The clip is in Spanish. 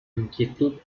inquietud